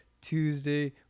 Tuesday